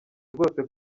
rwose